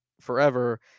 forever